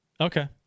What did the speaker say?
Okay